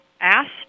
asked